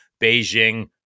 Beijing